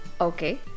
Okay